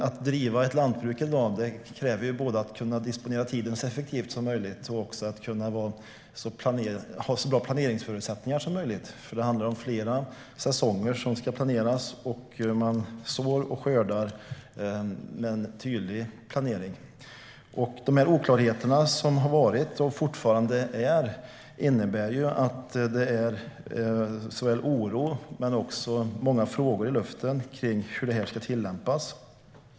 Att driva ett lantbruk i dag kräver att man kan disponera tiden så effektivt som möjligt och att man har så bra planeringsförutsättningar som möjligt. Det handlar om flera säsonger som ska planeras. Man sår och skördar med en tydlig planering. De oklarheter som har varit och fortfarande är innebär att det är såväl oro som många frågor i luften kring hur det här ska tillämpas.